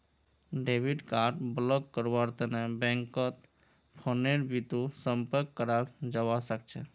debit card block करव्वार तने बैंकत फोनेर बितु संपर्क कराल जाबा सखछे